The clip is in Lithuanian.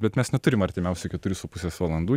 bet mes neturim artimiausių keturių su pusės valandų